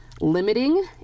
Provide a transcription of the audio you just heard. limiting